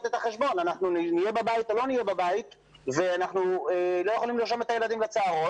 את החשבון אם הם יהיו בבית לא והם לא יכולים לרשום את הילד לצהרון,